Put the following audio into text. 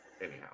anyhow